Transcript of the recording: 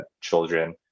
children